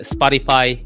Spotify